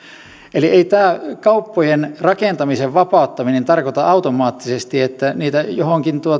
eli ei tämä kauppojen rakentamisen vapauttaminen tarkoita automaattisesti että niitä kauppoja johonkin